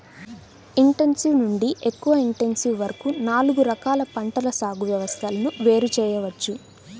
intensive నుండి ఎక్కువ intensive వరకు నాలుగు రకాల పంటల సాగు వ్యవస్థలను వేరు చేయవచ్చు